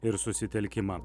ir susitelkimą